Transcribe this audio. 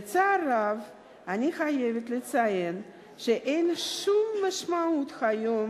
בצער רב אני חייבת לציין שאין שום משמעות היום